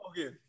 Okay